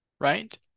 right